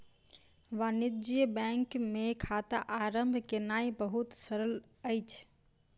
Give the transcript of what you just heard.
वाणिज्य बैंक मे खाता आरम्भ केनाई बहुत सरल अछि